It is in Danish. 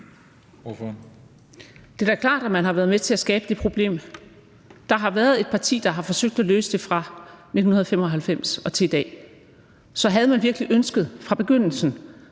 Det er da klart, at man har været med til at skabe de problemer. Der har været ét parti, der fra 1995 og til i dag har forsøgt at løse dem. Så havde man virkelig fra begyndelsen